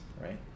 right